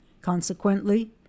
consequently